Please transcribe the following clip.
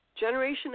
Generation